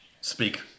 speak